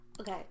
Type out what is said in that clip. Okay